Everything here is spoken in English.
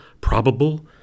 probable